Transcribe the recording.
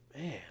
Man